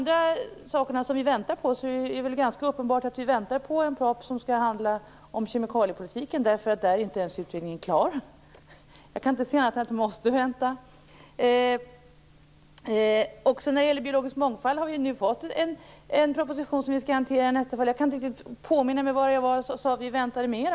Det är ganska uppenbart att vi väntar på en proposition som skall handla om kemikaliepolitiken eftersom utredningen inte ens är klar där. Jag kan inte se annat än att vi måste vänta. Vi har ju nu också fått en proposition om biologisk mångfald som vi skall hantera. Jag kan inte riktigt påminna mig vad det var jag sade att vi väntade på mer.